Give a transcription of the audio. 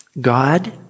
God